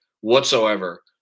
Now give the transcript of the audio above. whatsoever